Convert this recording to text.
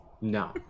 No